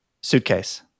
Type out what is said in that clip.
Suitcase